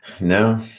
No